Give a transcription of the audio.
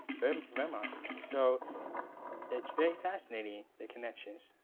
um vermont. so it's very fascinating, the connections.